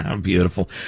Beautiful